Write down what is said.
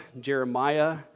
Jeremiah